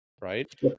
right